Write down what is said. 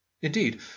Indeed